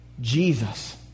Jesus